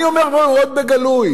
אני אומר מאוד בגלוי: